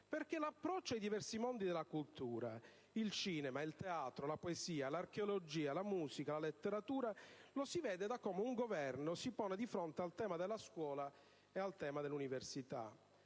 Perché l'approccio ai diversi mondi della cultura (il cinema, il teatro, la poesia, l'archeologia, la musica, la letteratura) lo si vede da come un Governo si pone di fronte al tema della scuola e dell'università.